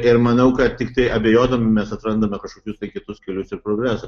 ir manau kad tiktai abejodami mes atrandame kažkokius tai kitus kelius ir progresą